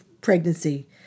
pregnancy